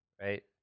Right